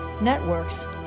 networks